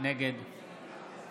נגד